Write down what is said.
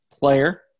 Player